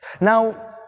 Now